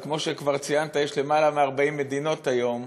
אבל כמו שכבר ציינת, יש למעלה מ-40 מדינות היום